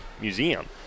Museum